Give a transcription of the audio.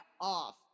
off